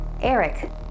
Eric